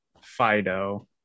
fido